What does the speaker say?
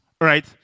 Right